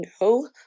no